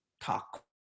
talk